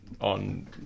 on